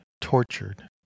tortured